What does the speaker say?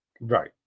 Right